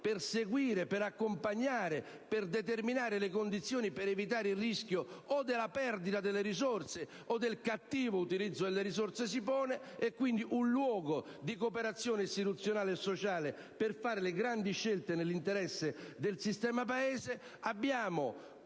per seguire, accompagnare e determinare le condizioni ed evitare il rischio della perdita delle risorse o del cattivo utilizzo delle stesse, quindi un luogo di cooperazione istituzionale e sociale per fare le grandi scelte nell'interesse del sistema Paese.